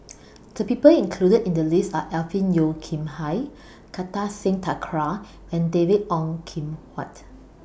The People included in The list Are Alvin Yeo Khirn Hai Kartar Singh Thakral and David Ong Kim Huat